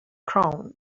crown